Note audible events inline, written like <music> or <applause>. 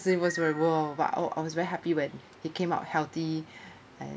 it was reward but I was I was very happy when he came out healthy <breath> and